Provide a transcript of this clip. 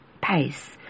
pace